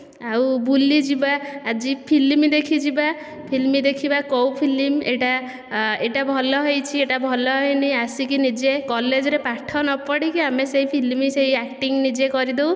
ଆଉ ବୁଲି ଯିବା ଆଜି ଫିଲ୍ମ ଦେଖିଯିବା ଫିଲ୍ମ ଦେଖିବା କେଉଁ ଫିଲ୍ମ ଏଟା ଏଟା ଭଲ ହୋଇଛି ଏଟା ଭଲ ହୋଇନାହିଁ ଆସିକି ନିଜେ କଲେଜରେ ପାଠ ନ ପଢ଼ିକି ଆମେ ସେଇ ଫିଲ୍ମ ସେଇ ଆକ୍ଟିଙ୍ଗ ନିଜେ କରିଦେଉ